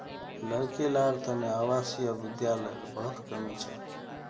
लड़की लार तने आवासीय विद्यालयर बहुत कमी छ